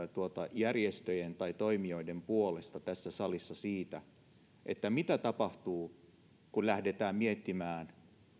järjestöjen tai toimijoiden puolesta tässä salissa siitä mitä tapahtuu kun lähdetään miettimään